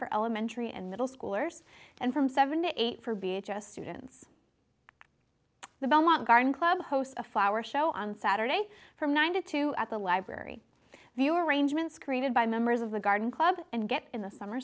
for elementary and middle schoolers and from seven to eight for b h s students the belmont garden club hosts a flower show on saturdays from one to two at the library view arrangements created by members of the garden club and get in the summer